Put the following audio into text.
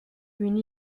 une